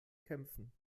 kämpfen